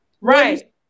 Right